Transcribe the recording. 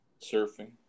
Surfing